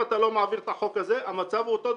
אתה לא מעביר את החוק הזה, המצב הוא אותו דבר.